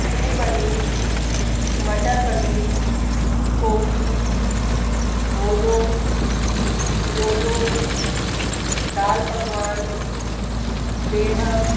chilli paneer matar paneer koki dhodho lolo dal pakwan Bihu